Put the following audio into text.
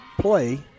play